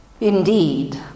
Indeed